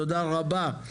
תודה רבה.